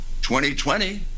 2020